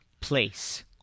Place